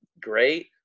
great